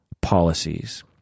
policies